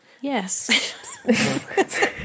yes